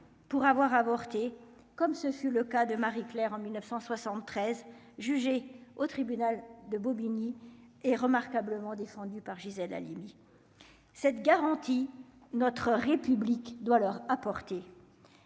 pour avoir avorté, comme ce fut le cas de Marie-Claire en 1973 jugé au tribunal de Bobigny est remarquablement défendue par Gisèle Halimi, cette garantie notre République doit leur apporter,